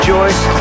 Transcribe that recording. Joyce